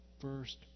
first